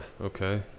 okay